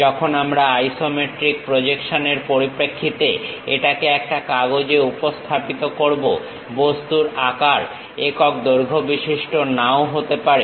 যখন আমরা আইসোমেট্রিক প্রজেকশনের পরিপ্রেক্ষিতে এটাকে একটা কাগজে উপস্থাপিত করব বস্তুর আকার একক দৈর্ঘ্য বিশিষ্ট নাও হতে পারে